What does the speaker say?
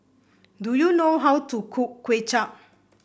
do you know how to cook Kuay Chap